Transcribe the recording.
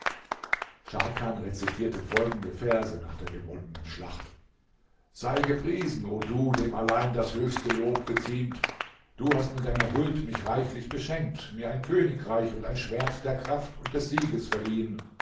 scharkan rezitierte folgende verse nach der gewonnenen schlacht sei gepriesen o du dem allein das höchste lob geziemt du hast mit deiner huld mich reichlich beschenkt mir ein königreich und ein schwert der kraft und des sieges verliehen